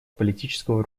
политического